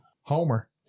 Homer